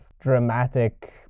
dramatic